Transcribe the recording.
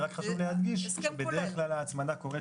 ורק חשוב לי להדגיש שבדרך כלל ההצמדה קורית